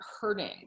hurting